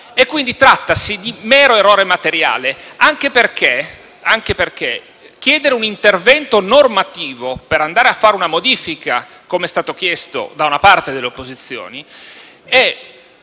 Quindi, trattasi di mero errore materiale, anche perché chiedere un intervento normativo per andare a fare una modifica - come è stato chiesto da una parte delle opposizioni -